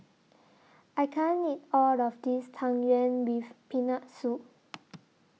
I can't eat All of This Tang Yuen with Peanut Soup